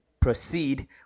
proceed